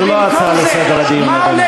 זה לא, אבל זו לא הצעה לסדר הדיון, אדוני.